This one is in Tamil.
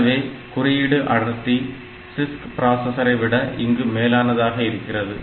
எனவே குறியீடு அடர்த்தி CISC ப்ராசசரை விட இங்கு மேலானதாக இருக்கிறது